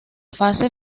fase